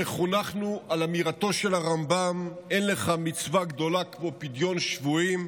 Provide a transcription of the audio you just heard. שחונכנו על אמירתו של הרמב"ם "אין לך מצווה גדולה כפדיון שבויים",